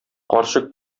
карчык